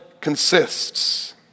consists